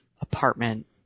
apartment